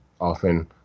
often